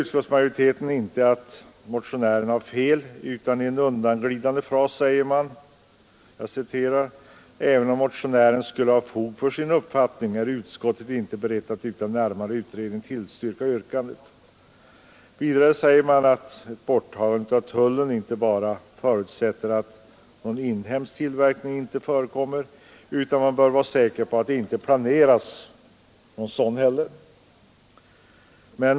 Utskottsmajoriteten påstår inte att motionären har fel, utan i en undanglidande fras säger man: ”Även om motionären skulle ha fog för sin uppfattning är utskottet inte berett att utan närmare utredning tillstyrka yrkandet.” Vidare säger man att det för ett borttagande av tullen inte bara måste förutsättas att någon inhemsk tillverkning inte förekommer, utan man bör också vara säker på att det inte planeras någon sådan.